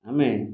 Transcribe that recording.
ଆମେ